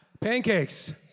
Pancakes